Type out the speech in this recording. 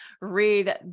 read